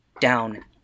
down